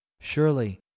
Surely